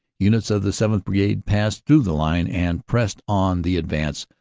units of the seventh. brigade passed through the line and pressed on the advance,